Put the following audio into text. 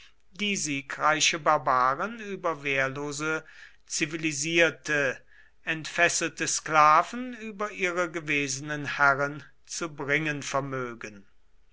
die siegreiche barbaren über wehrlose zivilisierte entfesselte sklaven über ihre gewesenen herren zu bringen vermögen